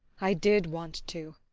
i did want to.